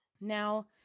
Now